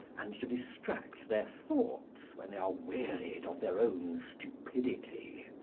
and to distract their thoughts when they are wearied of their own stupidity.